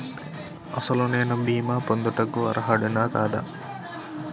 అసలు నేను భీమా పొందుటకు అర్హుడన కాదా?